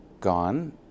gone